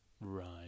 Right